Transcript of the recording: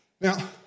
Now